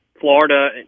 Florida